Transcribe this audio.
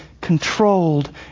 controlled